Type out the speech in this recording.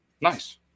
Nice